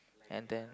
and then